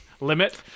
limit